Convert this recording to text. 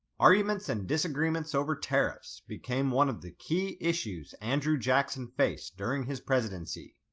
arguments and disagreements over tariffs became one of the key issues and jackson faced during his presidency.